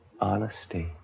honesty